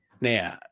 Now